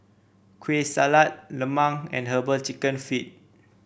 Kueh Salat lemang and herbal chicken feet